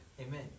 Amen